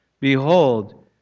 Behold